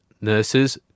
nurses